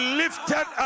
lifted